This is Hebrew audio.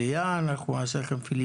דיון עם משרד המשפטים, והבנו שנכון להיום,